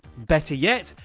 better yet,